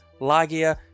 Lagia